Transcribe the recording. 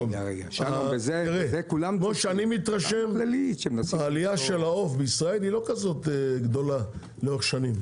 אני מתרשם שהעלייה של העוף בישראל היא לא כל כך גדולה לאורך שנים.